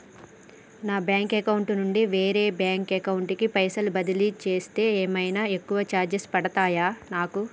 నా bank account నుండి వేరే బ్యాంక్ అకౌంట్ కి పైసల్ బదిలీ చేస్తే ఏమైనా ఎక్కువ చార్జెస్ పడ్తయా నాకు?